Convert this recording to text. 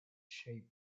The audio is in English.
shape